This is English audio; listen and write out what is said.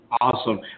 Awesome